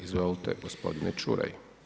Izvolite, gospodine Čuraj.